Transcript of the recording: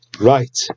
Right